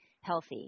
healthy